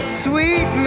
sweet